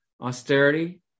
Austerity